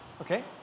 Okay